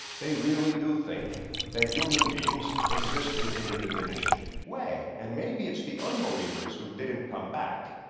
they really do think that human beings existed in a diminished way. and maybe it's the unbelievers who didn't come back.